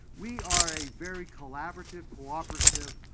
we are a very collaborative, cooperative,